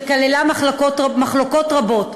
שכללה מחלוקות רבות,